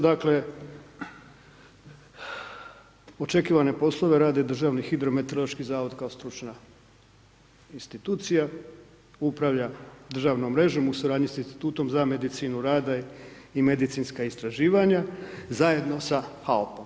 Dakle, očekivane poslove rade Državni hidrometeorološki zavod kao stručna institucije, upravlja državnom mrežom u suradnji s Institutom za medicinu rada i medicinska istraživanja zajedno sa HAUP-om.